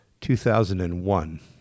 2001